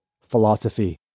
philosophy